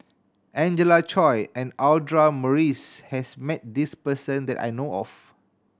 Angelina Choy and Audra Morrice has met this person that I know of